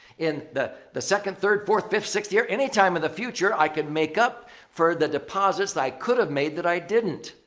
in the the second, third, fourth, fifth, sixth year, anytime in the future, i can make up for the deposits i could have made that i didn't,